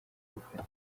gufata